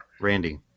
Randy